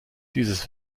dieses